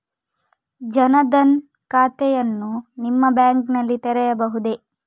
ಜನ ದನ್ ಖಾತೆಯನ್ನು ನಿಮ್ಮ ಬ್ಯಾಂಕ್ ನಲ್ಲಿ ತೆರೆಯಬಹುದೇ?